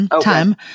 time